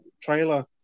Trailer